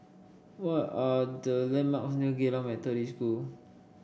what are the landmark Geylang Methodist School